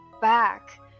back